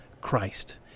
Christ